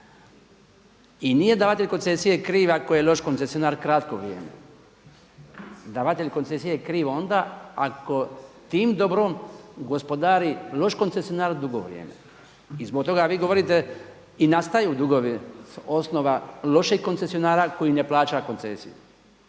i nije davatelj koncesije kriv ako je loš koncesionar kratko vrijeme. Davatelj koncesije je kriv onda ako tim dobrom gospodari loš koncesionar dugo vrijeme i zbog toga vi govorite i nastaju dugovi osnova lošeg koncesionara koji ne plaća koncesiju.